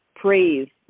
praise